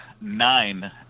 nine